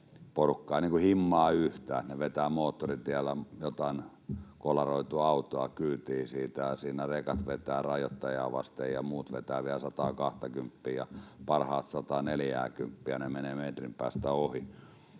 porukka ei himmaa yhtään. He vetävät moottoritiellä jotain kolaroitua autoa kyytiin siitä, ja siinä rekat vetävät rajoittajia vasten ja muut vetävät vielä sataakahtakymppiä ja parhaat sataaneljääkymppiä, ne menevät metrin päästä ohi.